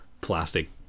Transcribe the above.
plastic